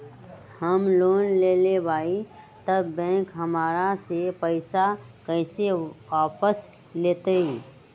हम लोन लेलेबाई तब बैंक हमरा से पैसा कइसे वापिस लेतई?